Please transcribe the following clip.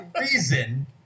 reason